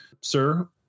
sir